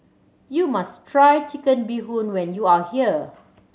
you must try Chicken Bee Hoon when you are here